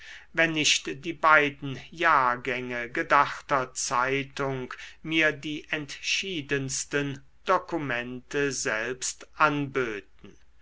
wenn nicht die beiden jahrgänge gedachter zeitung mir die entschiedensten dokumente selbst anböten